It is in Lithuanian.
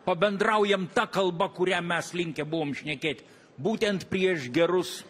pabendraujam ta kalba kuria mes linkę buvom šnekėt būtent prieš gerus